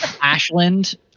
Ashland